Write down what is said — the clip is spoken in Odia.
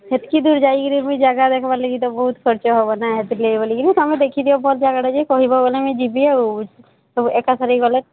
ସେତିକି ଦୂର ଯାଇକିରି ବି ଜାଗା ଦେଖିବା ଲାଗି ତ ବହୁତ ଖର୍ଚ୍ଚ ହେବ ନା ସେଥିଲାଗି ବୋଲି କିରି ତୁମେ ଦେଖି ଦିଅ ଭଲ ଜାଗାଟେ ଯେ କହିବ ବୋଲେ ମୁଁ ଯିବି ଆଉ ସବୁ ଏକା ଥରେ ଗଲେ